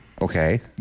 Okay